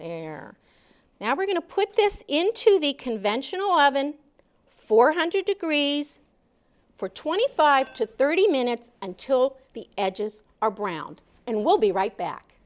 we're going to put this into the conventional oven four hundred degrees for twenty five to thirty minutes until the edges are browned and we'll be right back